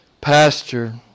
pasture